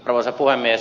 arvoisa puhemies